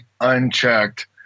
unchecked